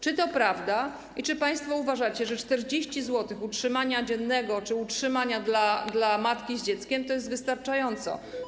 Czy to prawda i czy państwo uważacie, że 40 zł utrzymania dziennego czy utrzymania dla matki z dzieckiem jest wystarczające?